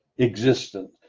existent